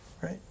right